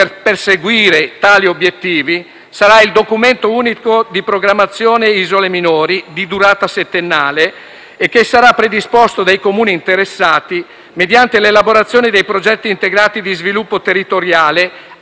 per perseguire tali obiettivi sarà il Documento unico di programmazione isole minori, di durata settennale, che sarà predisposto dai Comuni interessati mediante l'elaborazione dei progetti integrati di sviluppo territoriale,